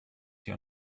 your